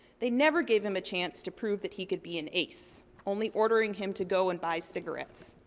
they never gave him a chance to prove that he could be an ace, only ordering him to go and buy cigarettes.